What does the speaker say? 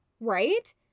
Right